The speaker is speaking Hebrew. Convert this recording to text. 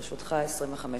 לרשותך 25 דקות.